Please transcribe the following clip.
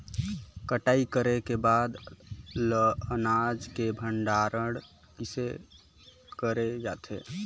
कटाई करे के बाद ल अनाज के भंडारण किसे करे जाथे?